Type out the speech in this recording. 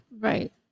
Right